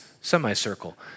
semicircle